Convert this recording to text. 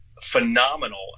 phenomenal